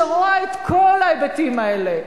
שרואה את כל ההיבטים האלה.